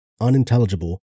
unintelligible